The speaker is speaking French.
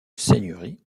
seigneurie